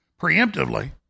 preemptively